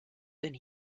then